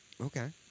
Okay